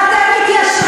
ואתם מתיישרים.